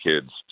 kids